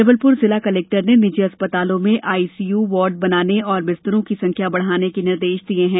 जबलपुर जिला कलेक्टर ने निजी अस्पतालों में नये आईसीयू वार्ड बनाने और बिस्तरों की संख्या बढ़ाने के निर्देश दिये हैं